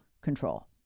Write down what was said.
control